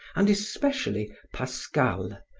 and especially pascal,